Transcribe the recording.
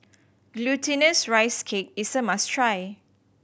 Glutinous Rice Cake is a must try